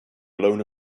blown